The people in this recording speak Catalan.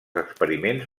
experiments